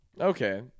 Okay